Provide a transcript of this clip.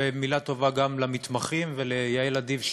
ומילה טובה גם למתמחים וליעל אדיב,